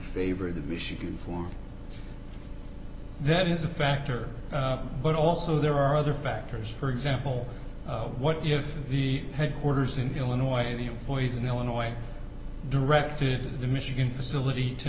favor the michigan form that is a factor but also there are other factors for example what if the headquarters in illinois the employees in illinois directed the michigan facility to